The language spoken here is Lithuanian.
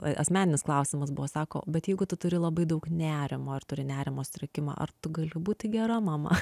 asmeninis klausimas buvo sako bet jeigu tu turi labai daug nerimo ar turi nerimo sutrikimą ar tu gali būti gera mama